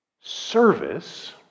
Service